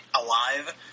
alive